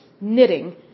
knitting